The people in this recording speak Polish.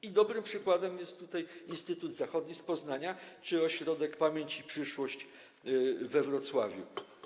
I dobrym przykładem jest tutaj Instytut Zachodni z Poznania czy Ośrodek Pamięć i Przyszłość we Wrocławiu.